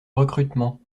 recrutement